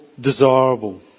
desirable